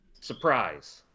Surprise